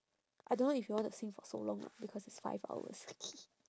I don't know if you want to sing for so long lah because it's five hours